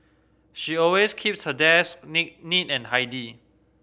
she always keeps her desk neat neat and tidy